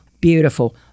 beautiful